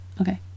okay